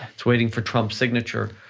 it's waiting for trump's signature,